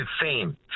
fame